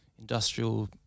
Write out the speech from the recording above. industrial